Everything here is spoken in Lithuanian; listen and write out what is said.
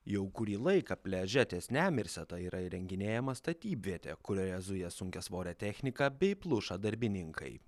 jau kurį laiką pliaže ties nemirseta yra įrenginėjama statybvietė kurioje zuja sunkiasvorė technika bei pluša darbininkai